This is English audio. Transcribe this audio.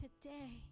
today